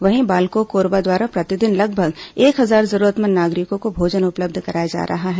वहीं बालको कोरबा द्वारा प्रतिदिन लगभग एक हजार जरूरतमंद नागरिकों को भोजन उपलब्ध कराया जा रहा है